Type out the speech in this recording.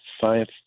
science